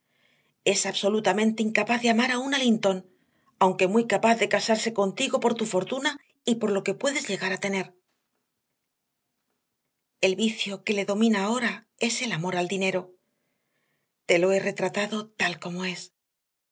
es absolutamente incapaz de amar a una linton aunque muy capaz de casarse contigo por tu fortuna y por lo que puedes llegar a tener el vicio que le domina ahora es el amor al dinero te lo he retratado tal como es